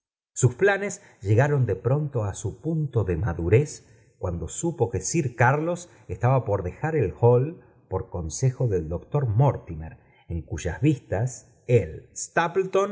sus planes llegaron de pronto á bu punto de madure ruando supo que sir carlos estaba por dejar el hall por consejo del doctor mortimer con cuyas vistas él